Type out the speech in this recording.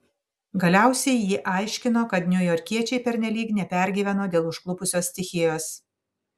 galiausiai ji aiškino kad niujorkiečiai pernelyg nepergyveno dėl užklupusios stichijos